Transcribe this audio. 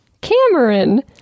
cameron